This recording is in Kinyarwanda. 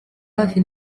hafi